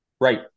right